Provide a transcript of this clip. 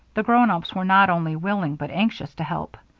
the grown-ups were not only willing but anxious to help.